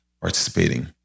participating